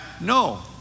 No